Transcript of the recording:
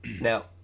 Now